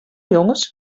jonges